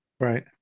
Right